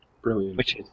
Brilliant